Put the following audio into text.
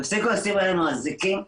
תפסיקו לשים עלינו אזיקים,